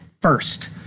first